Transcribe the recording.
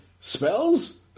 Spells